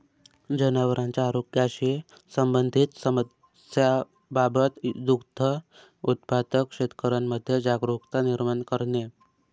जनावरांच्या आरोग्याशी संबंधित समस्यांबाबत दुग्ध उत्पादक शेतकऱ्यांमध्ये जागरुकता निर्माण करणे